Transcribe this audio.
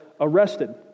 arrested